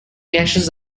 caches